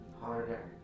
harder